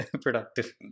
productive